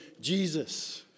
Jesus